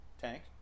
Tank